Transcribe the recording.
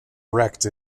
wrecked